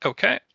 Okay